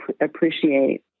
appreciate